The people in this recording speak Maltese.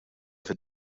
fid